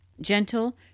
gentle